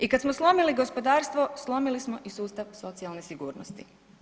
I kad smo slomili gospodarstvo, slomili smo i sustav socijalne sigurnosti.